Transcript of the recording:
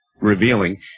revealing